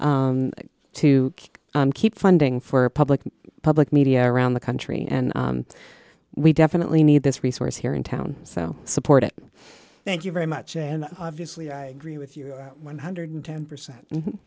to keep funding for public public media around the country and we definitely need this resource here in town so support it thank you very much and obviously i agree with you one hundred and ten percent